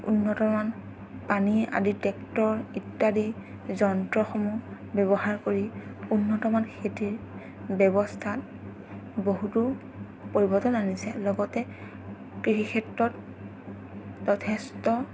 উন্নতমান পানী আদি ট্ৰেক্টৰ ইত্যাদি যন্ত্ৰসমূহ ব্যৱহাৰ কৰি উন্নতমান খেতিৰ ব্যৱস্থাত বহুতো পৰিৱৰ্তন আনিছে লগতে কৃষিক্ষেত্ৰত যথেষ্ট